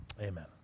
Amen